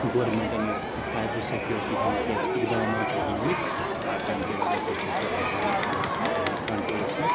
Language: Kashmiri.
گورمِنٹَن یُس سایبَر سٮکیٛورٹی ہنٛدۍ کیٚنٛہہ اِقدامات چھِ تُلۍ مِتۍ ٲں تَمہِ کہِ وجہ سۭتۍ چھُ سُہ ہیٚکان ٲں یعنی کَنٹرٛولَس منٛز